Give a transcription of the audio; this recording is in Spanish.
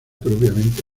propiamente